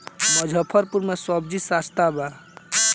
मुजफ्फरपुर में सबजी सस्ता बा